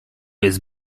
jest